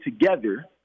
together